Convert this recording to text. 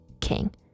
king